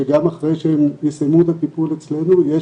שגם אחרי שהם יסיימו את הטיפול אצלנו יש